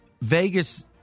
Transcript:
Vegas